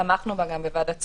תמכנו בה גם בוועדת שרים.